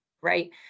right